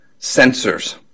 sensors